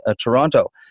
Toronto